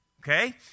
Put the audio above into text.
okay